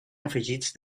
afegits